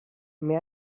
may